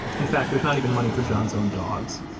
in fact, there's not even money for john's own dogs.